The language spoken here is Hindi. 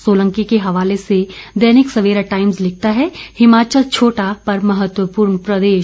सोलंकी के हवाले से दैनिक सवेरा टाइम्स लिखता है हिमाचल छोटा पर महत्वपूर्ण प्रदेश